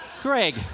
Greg